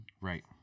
Right